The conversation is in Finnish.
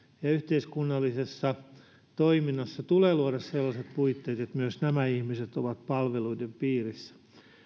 yhteiskunnallisessa toiminnassa tulee luoda sellaiset puitteet että myös nämä ihmiset ovat palveluiden piirissä